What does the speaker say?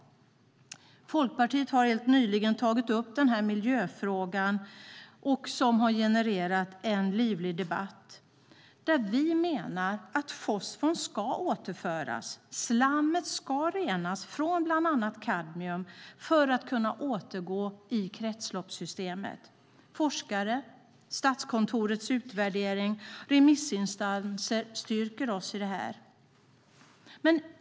Folkpartiet har helt nyligen tagit upp den här miljöfrågan som har genererat en livlig debatt. Vi menar att fosfor ska återföras och att slammet ska renas från bland annat kadmium för att kunna återgå i kretsloppssystemet. Forskare, Statskontorets utvärdering och remissinstanser styrker oss i detta.